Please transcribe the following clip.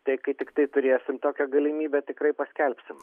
tai kai tiktai turėsim tokią galimybę tikrai paskelbsim